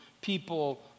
people